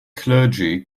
clergy